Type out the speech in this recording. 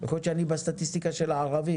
יכול להיות שאני בסטטיסטיקה של הערבים,